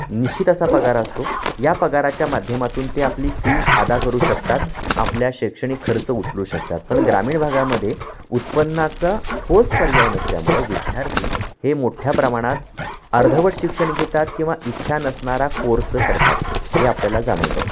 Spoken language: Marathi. निश्चित असा पगार असतो या पगाराच्या माध्यमातून ते आपली फी अदा करू शकतात आपल्या शैक्षणिक खर्च उचलू शकतात पण ग्रामीण भागामध्ये उत्पन्नाचा ठोस पर्याय नसल्यामुळं विद्यार्थी हे मोठ्या प्रमाणात अर्धवट शिक्षण घेतात किंवा इच्छा नसणारा कोर्स करतात हे आपल्याला जाणवतं